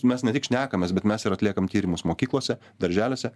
mes ne tik šnekamės bet mes ir atliekam tyrimus mokyklose darželiuose